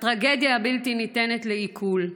הטרגדיה הבלתי-ניתנת לעיכול,